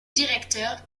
directeur